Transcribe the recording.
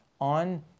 on